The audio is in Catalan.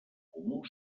comú